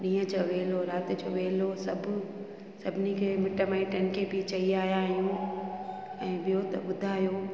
ॾींअ चवे लोरा ते चवेलो सभ सभिनि खे मिट माइटनि खे बि चई आया आहियूं ऐंं ॿियो त ॿुधायो